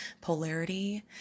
polarity